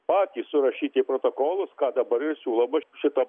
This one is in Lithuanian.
patys surašyti protokolus ką dabar siūloma šita